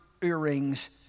earrings